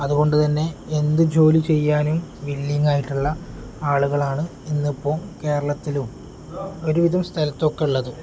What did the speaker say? അതുകൊണ്ട് തന്നെ എന്ത് ജോലി ചെയ്യാനും വില്ലിംഗ ആയിട്ടുള്ള ആളുകളാണ് ഇന്ന് ഇപ്പം കേരളത്തിലും ഒരുവിധം സ്ഥലത്തൊക്കെ ഉള്ളത്